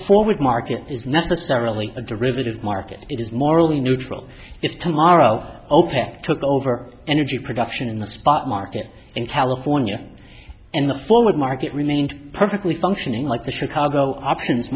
forward market is necessarily a derivative market it is morally neutral if tomorrow opec took over energy production in the spot market in california and the forward market remained perfectly functioning like the chicago options